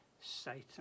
Satan